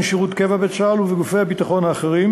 שירות קבע בצה"ל ובגופי הביטחון האחרים